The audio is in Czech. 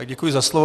Děkuji za slovo.